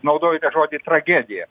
naudojate žodį tragedija